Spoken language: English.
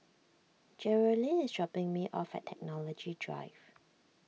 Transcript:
Jerrilyn is dropping me off at Technology Drive